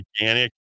organic